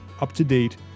up-to-date